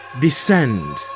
descend